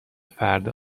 فرد